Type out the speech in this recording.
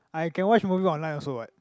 I can watch movie online also what